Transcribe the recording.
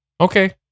Okay